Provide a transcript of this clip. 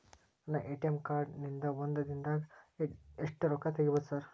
ನನ್ನ ATM card ನಿಂದಾ ಒಂದ್ ದಿಂದಾಗ ಎಷ್ಟ ರೊಕ್ಕಾ ತೆಗಿಬೋದು ಸಾರ್?